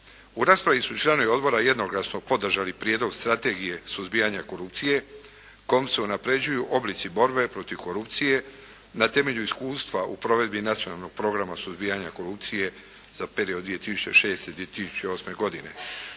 U raspravi su članovi odbora jednoglasno podržali Prijedlog strategije suzbijanja korupcije kojom se unaprjeđuju oblici borbe protiv korupcije na temelju iskustva u provedbi nacionalnog programa suzbijanja korupcije za period 2006./2008. godine.